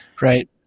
right